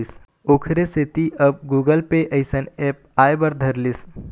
ओखरे सेती अब गुगल पे अइसन ऐप आय बर धर लिस